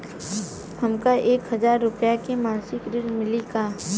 हमका एक हज़ार रूपया के मासिक ऋण मिली का?